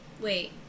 Wait